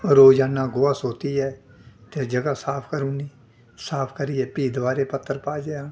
रोजाना गोहा सोतियै ते ज'गा साफ करी ओड़नी साफ करियै भी दबारे पत्तर पाए